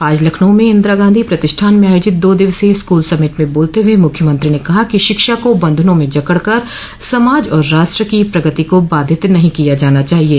आज लखनऊ में इंदिरा गांधी प्रतिष्ठान में आयोजित दो दिवसीय स्कूल समिट में बोलते हुए मुख्यमंत्री ने कहा कि शिक्षा को बंधनों में जकड़ कर समाज और राष्ट्र की प्रगति को बाधित नहीं किया जाना चाहिये